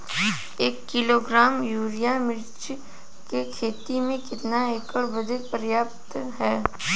एक kilogram urea मिर्च क खेती में कितना एकड़ बदे पर्याप्त ह?